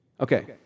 Okay